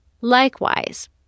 Likewise